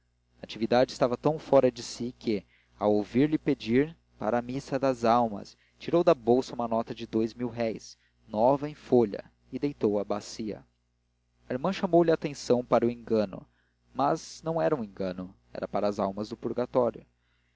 natividade estava tão fora de si que ao ouvir-lhe pedir para a missa das almas tirou da bolsa uma nota de dous mil-réis nova em folha e deitou-a à bacia a irmã chamou-lhe a atenção para o engano mas não era engano era para as almas do purgatório